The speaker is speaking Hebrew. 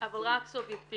אבל רק סובייקטיבית.